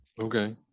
okay